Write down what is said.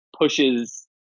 pushes